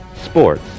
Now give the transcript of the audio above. sports